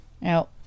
No